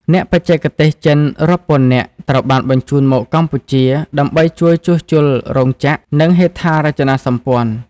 អ្នកបច្ចេកទេសចិនរាប់ពាន់នាក់ត្រូវបានបញ្ជូនមកកម្ពុជា ដើម្បីជួយជួសជុលរោងចក្រ និងហេដ្ឋារចនាសម្ព័ន្ធ។